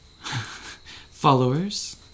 followers